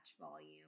Volume